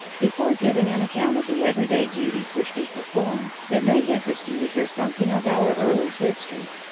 before giving an account of the everyday duties which we perform, it may interest you to hear something of our early history.